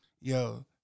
Yo